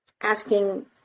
asking